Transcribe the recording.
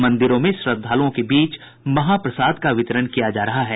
मंदिरों में श्रद्धालुओं के बीच महाप्रसाद का वितरण किया जा रहा है